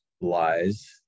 lies